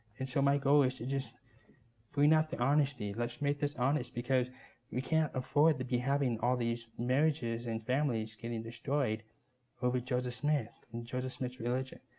and so my goal is to just bring out the honesty. let's make this honest, because we can't afford to be having all these marriages and families getting destroyed over joseph smith and joseph smith's religion.